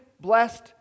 blessed